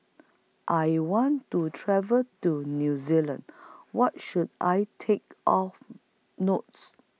I want to travel to New Zealand What should I Take of Notes